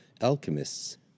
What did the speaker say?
Alchemists